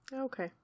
Okay